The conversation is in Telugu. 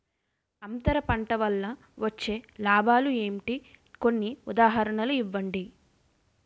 అంతర పంట వల్ల వచ్చే లాభాలు ఏంటి? కొన్ని ఉదాహరణలు ఇవ్వండి?